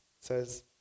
says